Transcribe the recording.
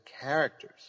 characters